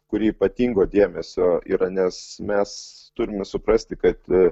kuri ypatingo dėmesio yra nes mes turime suprasti kad